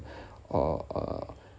or uh